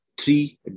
three